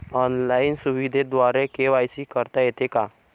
Online सुविधेद्वारे KYC करता येते का?